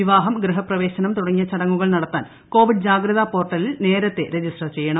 വിവാഹം ഗൃഹപ്രവേശനം തുടങ്ങിയ ചടങ്ങുകൾ നടത്താൻ കോവിഡ് ജാഗ്രതാ പോർട്ടലിൽ നേരത്തെ രജിസ്റ്റർ ചെയ്യണം